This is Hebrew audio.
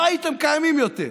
לא הייתם קיימים יותר.